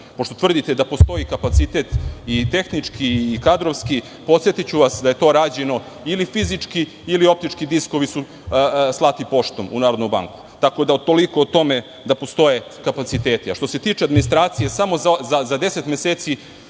pošto tvrdite da postoji kapacitet i tehnički i kadrovski, podsetiću vas da je to rađeno ili fizički ili su optički diskovi slati poštom u Narodnu banku. Tako da, toliko o tome da postoje kapaciteti. Što se tiče administracije, samo za prvih deset meseci